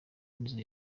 nizo